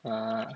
ah